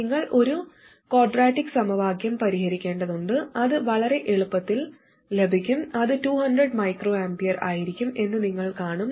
നിങ്ങൾ ഒരു ക്വാഡ്രാറ്റിക് സമവാക്യം പരിഹരിക്കേണ്ടതുണ്ട് അത് വളരെ എളുപ്പത്തിൽ ലഭിക്കും അത് 200 µA ആയിരിക്കും എന്ന് നിങ്ങൾ കാണും